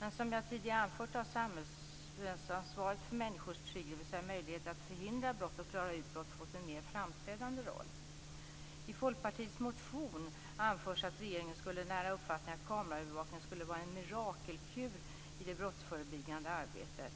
Men som jag tidigare har anfört har samhällsansvaret för människors trygghet, dvs. möjligheter att förhindra brott och klara ut brott, fått en mer framträdande roll. I Folkpartiets motion anförs att regeringen skulle ha den uppfattningen att kameraövervakning skulle vara en mirakelkur i det brottsförebyggande arbetet.